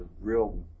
real